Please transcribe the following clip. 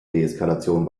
deeskalation